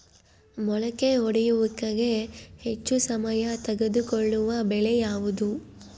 ಮೊಳಕೆ ಒಡೆಯುವಿಕೆಗೆ ಹೆಚ್ಚು ಸಮಯ ತೆಗೆದುಕೊಳ್ಳುವ ಬೆಳೆ ಯಾವುದು?